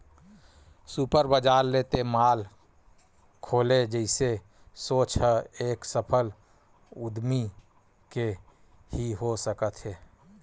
super बजार ते mall खोले जइसे सोच ह एक सफल उद्यमी के ही हो सकत हे